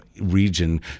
region